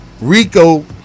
Rico